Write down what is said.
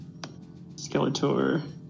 Skeletor